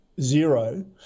zero